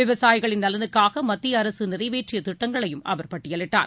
விவசாயிகளின் நலனுக்காகமத்தியஅரசுநிறைவேற்றியதிட்டங்களையும் அவர் பட்டியலிட்டார்